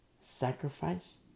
sacrifice